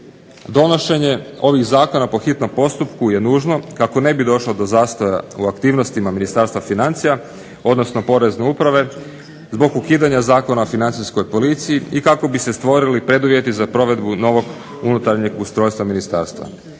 Donošenje ovih zakona po hitnom postupku je nužno kako ne bi došlo do zastoja u aktivnostima Ministarstva financija, odnosno Porezne uprave zbog ukidanja Zakona o Financijskoj policiji i kako bi se stvorili preduvjeti za provedbu novog unutarnjeg ustrojstva ministarstva.